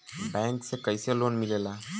Bank से कइसे loan मिलेला?